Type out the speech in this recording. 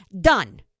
Done